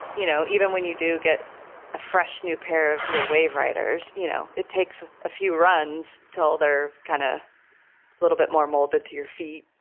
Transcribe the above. you know, even when you do get a fresh new pair of your wave riders, you know, it takes a few runs till they're kind of a little bit more molded to your feet,